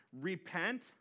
repent